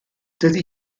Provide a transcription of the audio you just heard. dydy